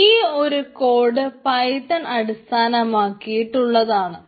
ഈ ഒരു code Python അടിസ്ഥാനമാക്കിയുള്ളതാണ്